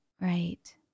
Right